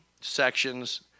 sections